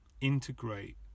integrate